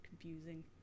confusing